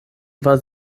war